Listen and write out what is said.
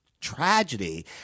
tragedy